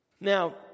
Now